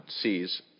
sees